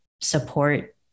support